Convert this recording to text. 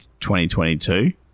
2022